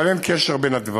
אבל אין קשר בין הדברים.